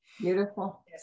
Beautiful